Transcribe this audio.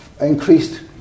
increased